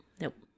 Nope